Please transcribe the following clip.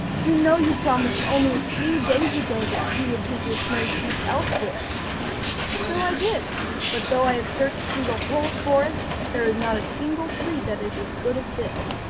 you know you promised only a few days ago that you would get your snow-shoes elsewhere so i did but though i have searched through the whole forest, there is not a single tree that is as good as this.